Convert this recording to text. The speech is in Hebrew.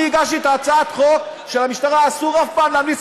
אני הגשתי את הצעת החוק שלמשטרה אסור אף פעם להמליץ,